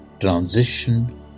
transition